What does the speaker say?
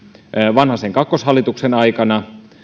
vanhasen kakkoshallituksen aikana